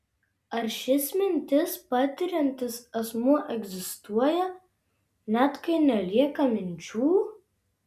ar šis mintis patiriantis asmuo egzistuoja net kai nelieka minčių